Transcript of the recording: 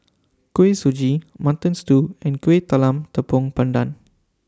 Kuih Suji Mutton Stew and Kueh Talam Tepong Pandan